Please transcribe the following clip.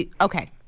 Okay